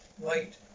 Right